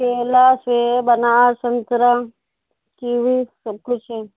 کیلا سیب انار سنترا کیوی سب کچھ ہے